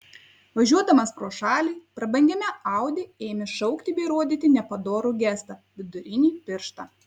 važiuodamas pro šalį prabangiame audi ėmė šaukti bei rodyti nepadorų gestą vidurinį pirštą